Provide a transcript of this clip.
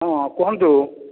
ହଁ କୁହନ୍ତୁ